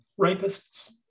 rapists